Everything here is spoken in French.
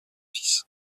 fils